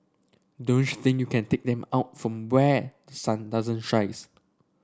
don't think you can take them out from where the sun doesn't shines